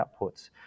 outputs